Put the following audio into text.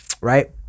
right